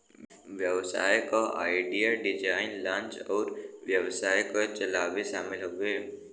व्यवसाय क idea, design, launch अउर व्यवसाय क चलावे शामिल हउवे